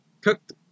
Cooked